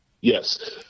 Yes